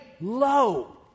low